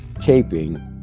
taping